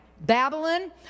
Babylon